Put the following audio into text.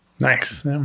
Nice